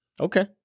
Okay